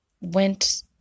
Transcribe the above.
went